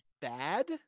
bad